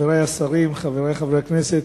חברי השרים, חברי חברי הכנסת,